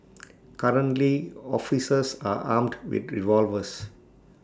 currently officers are armed with revolvers